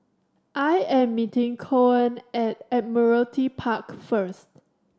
I am meeting Coen at Admiralty Park first